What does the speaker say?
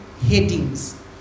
Headings